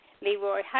Leroy